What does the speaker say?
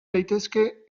daitezke